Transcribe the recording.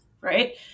Right